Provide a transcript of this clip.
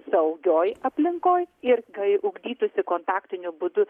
saugioj aplinkoj ir kai ugdytųsi kontaktiniu būdu